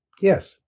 Yes